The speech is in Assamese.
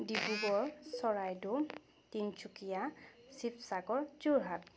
ডিব্ৰুগড় চৰাইদেউ তিনিচুকীয়া শিৱসাগৰ যোৰহাট